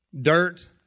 dirt